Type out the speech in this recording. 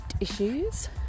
issues